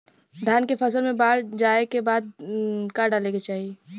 धान के फ़सल मे बाढ़ जाऐं के बाद का डाले के चाही?